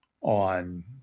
on